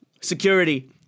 security